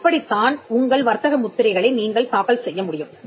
அப்படித்தான் உங்கள் வர்த்தக முத்திரைகளை நீங்கள் தாக்கல் செய்ய முடியும்